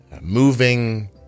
moving